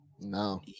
no